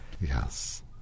Yes